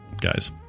guys